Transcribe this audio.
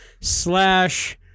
slash